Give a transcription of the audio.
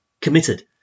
committed